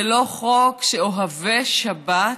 זה לא חוק שאוהבי שבת מביאים.